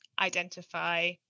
identify